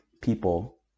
people